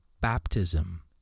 baptism